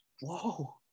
Whoa